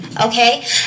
Okay